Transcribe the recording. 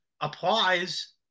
applies